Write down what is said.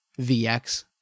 VX